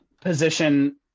position